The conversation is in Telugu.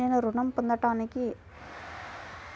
నేను ఋణం పొందటానికి అర్హత ఏమిటి?